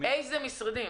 הוא עובר לממשלה,